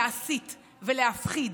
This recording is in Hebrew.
להסית ולהפחיד,